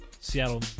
Seattle